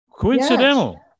Coincidental